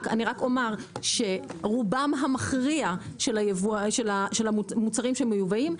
אני רק אומר שרובם המכריע של המוצרים שמיובאים,